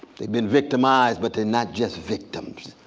they've been victimized but they're not just victims.